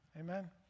Amen